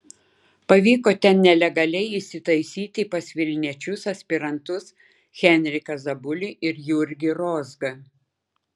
pavyko ten nelegaliai įsitaisyti pas vilniečius aspirantus henriką zabulį ir jurgį rozgą